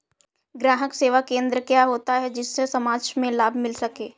ग्राहक सेवा केंद्र क्या होता है जिससे समाज में लाभ मिल सके?